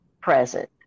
present